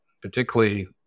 particularly